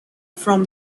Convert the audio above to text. from